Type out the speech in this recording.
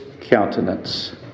countenance